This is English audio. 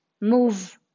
move